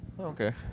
Okay